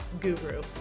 guru